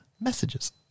messages